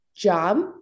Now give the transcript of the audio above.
job